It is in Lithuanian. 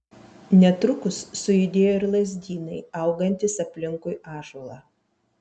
netrukus sujudėjo ir lazdynai augantys aplinkui ąžuolą